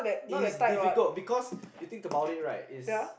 it is difficult because you think about it right is